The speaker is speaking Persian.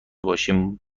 باشیم